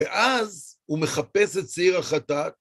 ואז הוא מחפש את שעיר החטאת.